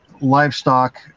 livestock